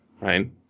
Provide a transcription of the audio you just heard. right